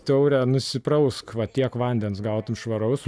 taure nusiprausk va tiek vandens gautum švaraus